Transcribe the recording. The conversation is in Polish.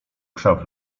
krzew